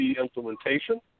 implementation